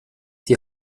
die